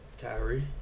Kyrie